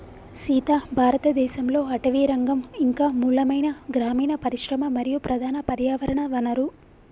సీత భారతదేసంలో అటవీరంగం ఇంక మూలమైన గ్రామీన పరిశ్రమ మరియు ప్రధాన పర్యావరణ వనరు